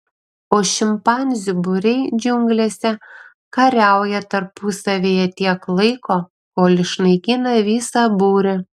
o šimpanzių būriai džiunglėse kariauja tarpusavyje tiek laiko kol išnaikina visą būrį